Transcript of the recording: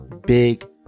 big